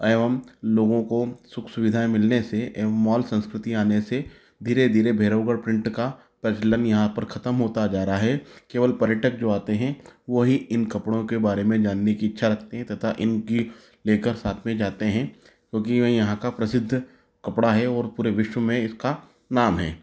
एवं लोगों को सुख सुविधाएं मिलने से एवं मॉल संस्कृति आने से धीरे धीरे भैरवगढ़ प्रिंट का प्रचलन यहाँ पर खत्म होता जा रहा है केवल पर्यटक जो आते हैं वही इन कपड़ों के बारे में जानने की इच्छा रखते हैं तथा इनकी लेकर साथ में जाते हैं क्योंकि ये यहाँ का प्रसिद्ध कपड़ा है और पूरे विश्व में इसका नाम है